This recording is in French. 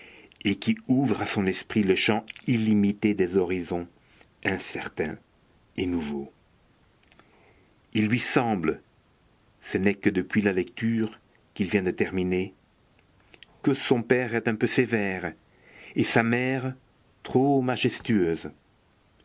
et qui ouvrent à son esprit le champ illimité des horizons incertains et nouveaux il lui semble ce n'est que depuis la lecture qu'il vient de terminer que son père est un peu sévère et sa mère trop majestueuse